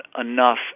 enough